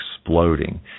exploding